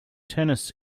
tennis